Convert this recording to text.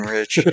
Rich